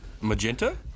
Magenta